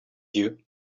you